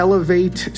Elevate